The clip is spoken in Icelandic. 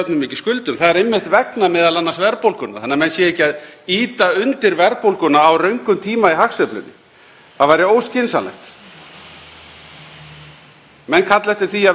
Menn kalla eftir því að vextir hér verði eins og í útlöndum, það væri að sjálfsögðu eftirsóknarvert en það þarf margt að fylgja. Þá fá menn væntanlega líka launahækkanir eins og í útlöndum,